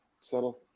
Settle